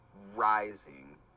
rising